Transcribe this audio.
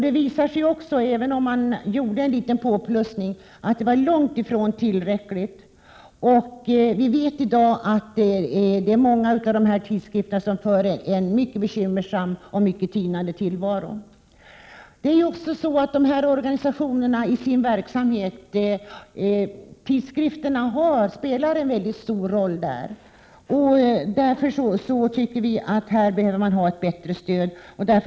Det visar sig också att även om man har gjort en liten påplussning så var det långt ifrån tillräckligt. Det är många av dessa tidskrifter som i dag för en mycket bekymmersam och tynande tillvaro. Tidskrifterna spelar en mycket stor roll för organisationernas verksamhet. Vi tycker därför att man behöver gå in med ett bättre stöd här.